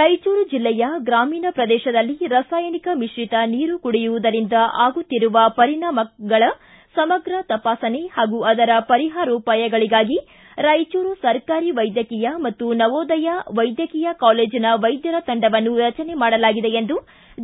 ರಾಯಚೂರು ಜಿಲ್ಲೆಯ ಗ್ರಾಮೀಣ ಪ್ರದೇಶದಲ್ಲಿ ರಸಾಯನಿಕ ಮಿಶ್ರಿತ ನೀರು ಕುಡಿಯುವುದರಿಂದ ಆಗುತ್ತಿರುವ ಪರಿಣಾಮಗಳ ಸಮಗ್ರ ತಪಾಸಣೆ ಹಾಗೂ ಅದರ ಪರಿಹಾರೋಪಾಯಗಳಿಗಾಗಿ ರಾಯಚೂರು ಸರಕಾರಿ ವೈದ್ಯಕೀಯ ಮತ್ತು ನವೋದಯ ವೈದ್ಯಕೀಯ ಕಾಲೇಜನ ವೈದ್ಯರ ತಂಡವನ್ನು ರಚನೆ ಮಾಡಲಾಗಿದೆ ಎಂದು